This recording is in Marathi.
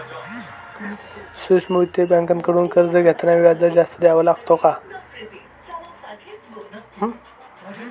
सूक्ष्म वित्तीय बँकांकडून कर्ज घेताना व्याजदर जास्त द्यावा लागतो का?